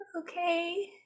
Okay